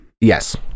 Yes